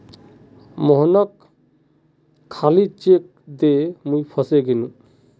मोहनके खाली चेक दे मुई फसे गेनू